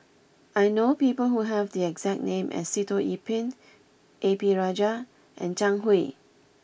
I know people who have the exact name as Sitoh Yih Pin A P Rajah and Zhang Hui